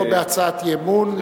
אבקש שבהצעת אי-אמון,